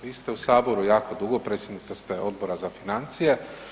Vi ste u saboru jako dugo, predsjednica ste Odbora za financije.